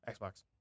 Xbox